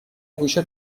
گوشه